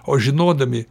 o žinodami